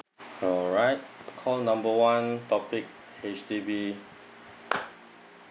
alright call number one topic H_D_B